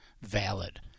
valid